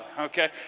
okay